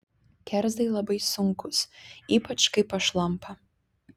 kerzai labai sunkūs ypač kai pašlampa